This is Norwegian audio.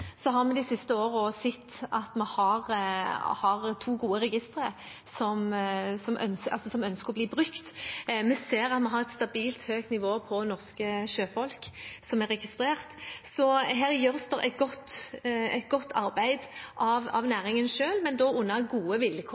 har vi de siste årene sett at vi har to gode registre som det er ønske om å bruke. Vi ser at vi har et stabilt høyt nivå på antall norske sjøfolk som er registrert. Så her gjøres det et godt arbeid av næringen selv, men da under gode vilkår